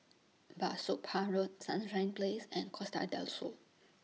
Bah Soon Pah Road Sunrise Place and Costa Del Sol